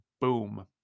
boom